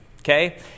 okay